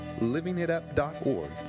livingitup.org